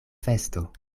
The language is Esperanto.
festo